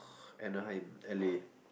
Anaheim L_A